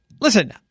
listen